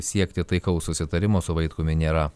siekti taikaus susitarimo su vaitkumi nėra